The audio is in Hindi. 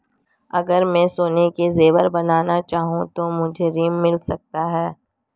अगर मैं सोने के ज़ेवर बनाना चाहूं तो मुझे ऋण मिल सकता है?